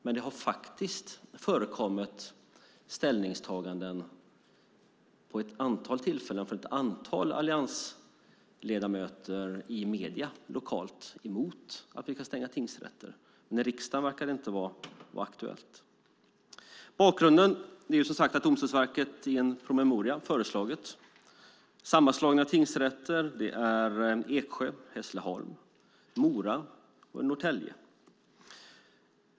Men det har faktiskt förekommit ställningstaganden vid ett antal tillfällen från ett antal alliansledamöter i medierna lokalt emot att man ska stänga tingsrätter. I riksdagen verkar det dock inte vara aktuellt. Bakgrunden är som sagt att Domstolsverket i en promemoria har föreslagit sammanslagna tingsrätter. Det gäller Eksjö, Hässleholm, Mora och Norrtälje.